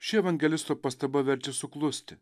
ši evangelisto pastaba verčia suklusti